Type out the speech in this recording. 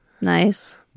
Nice